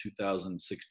2016